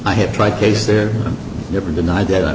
i have tried cases there never denied that i